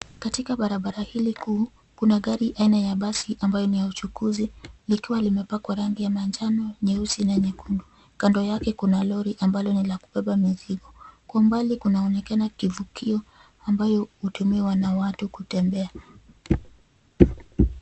Katika barabara hili kuu kuna gari aina ya basi ambayo ni ya uchukuzi likiwa limepakwa rangi ya manjano nyeusi na nyekundu. Kando yake kuna lori ambalo ni la kubeba mizigo. Kwa mbali kunaonekana kivukio ambayo hutumiwa na watu kutembea.